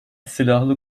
silahlı